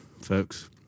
folks